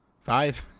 Five